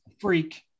freak